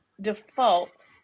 default